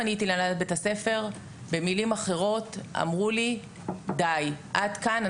פניתי לבית הספר ובמילים אחרות אמרו לי די עד כאן,